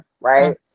right